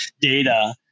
data